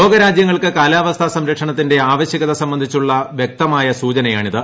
ലോക്യി മൂജ്യങ്ങൾക്ക് കാലാവസ്ഥാ സംരക്ഷണത്തിന്റെ ആവശ്യക്ത് സംബന്ധിച്ചുള്ള വ്യക്തമായ സൂചനയാണിത്